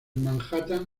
manhattan